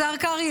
השר קרעי,